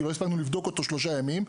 כי לא הספקנו לבדוק אותו שלושה ימים,